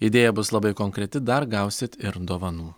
idėja bus labai konkreti dar gausit ir dovanų